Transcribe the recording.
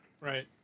Right